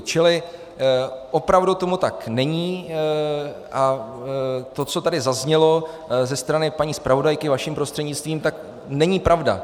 Čili opravdu tomu tak není a to, co tady zaznělo ze strany paní zpravodajky, vaším prostřednictvím, tak není pravda.